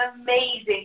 amazing